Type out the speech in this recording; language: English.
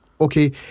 Okay